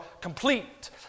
complete